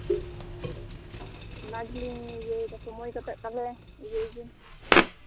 ᱚᱱᱟ ᱜᱮᱞᱤᱧ ᱞᱟᱹᱭ ᱫᱟ ᱥᱚᱢᱚᱭ ᱠᱟᱛᱮᱜ ᱛᱟᱦᱞᱮ ᱤᱭᱟᱹᱭ ᱵᱤᱱ